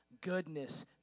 goodness